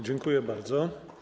Dziękuję bardzo.